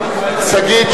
שגית,